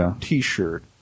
t-shirt